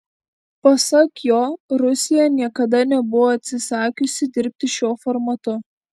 pasak jo rusija niekada nebuvo atsisakiusi dirbti šiuo formatu